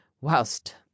whilst